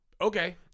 Okay